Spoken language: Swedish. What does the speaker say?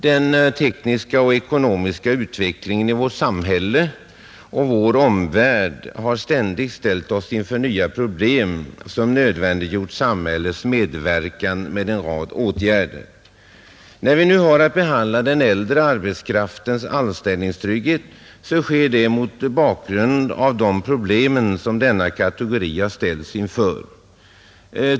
Den tekniska och ekonomiska utvecklingen i vårt samhälle och vår omvärld har ständigt ställt oss inför nya problem, som nödvändiggjort samhällets medverkan med en rad åtgärder. När vi nu har att behandla den äldre arbetskraftens anställningstrygghet, sker det mot bakgrunden av de problem som denna kategori har ställts inför.